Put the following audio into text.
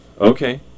Okay